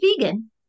vegan